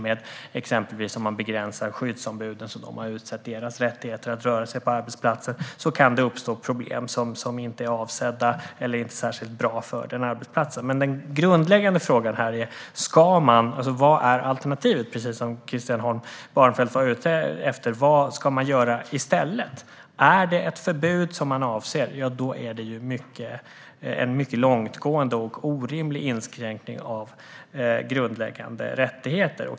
Om man exempelvis begränsar skyddsombudens rättigheter att röra sig på arbetsplatsen kan det uppstå problem som inte är avsedda eller särskilt bra för arbetsplatsen. Precis som Christian Holm Barenfeld var ute efter är den grundläggande frågan här: Vad är alternativet? Vad ska man göra i stället? Är det ett förbud som man avser är det en mycket långtgående och orimlig inskränkning av grundläggande rättigheter.